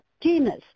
genus